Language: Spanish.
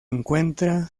encuentra